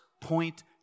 point